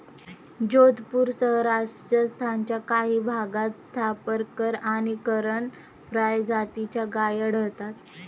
जोधपूरसह राजस्थानच्या काही भागात थापरकर आणि करण फ्राय जातीच्या गायी आढळतात